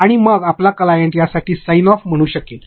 आणि मग आपला क्लायंट यासाठी साइन ऑफ म्हणू शकेल